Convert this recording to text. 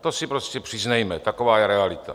To si prostě přiznejme, taková je realita.